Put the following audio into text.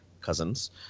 Cousins